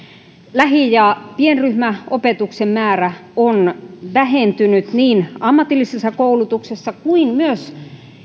lähi ja pienryhmäopetuksen määrä on vähentynyt niin ammatillisessa koulutuksessa kuin myös